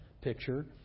picture